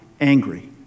angry